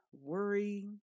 worry